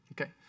okay